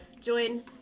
Join